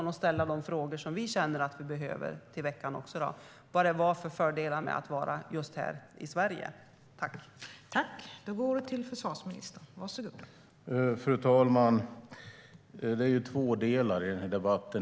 Då kan vi ställa de frågor vi känner att vi behöver ställa om vad fördelarna med att vara just här i Sverige var.